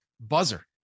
buzzer